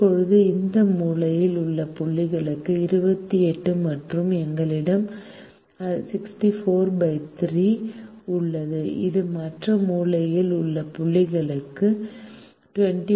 இப்போது இந்த மூலையில் உள்ள புள்ளிக்கு 28 மற்றும் எங்களிடம் 643 உள்ளது இது மற்ற மூலையில் உள்ள புள்ளிக்கு 21